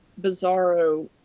bizarro